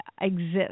exist